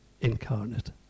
incarnate